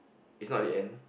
its not the end